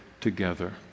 together